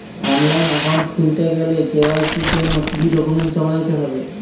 Online account খুলতে গেলে KYC জন্য কি কি ডকুমেন্ট জমা দিতে হবে?